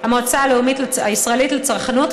המועצה הלאומית הישראלית לצרכנות,